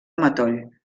matoll